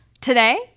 Today